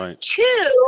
Two